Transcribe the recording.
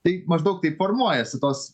tai maždaug taip formuojasi tos